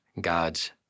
God's